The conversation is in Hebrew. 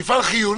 כולם מפעל חיוני?